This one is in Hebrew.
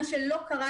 אבל זה לא מה שקורה,